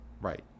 right